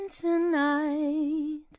tonight